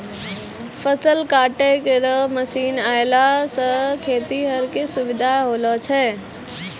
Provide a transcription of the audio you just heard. फसल काटै केरो मसीन आएला सें खेतिहर क सुबिधा होलो छै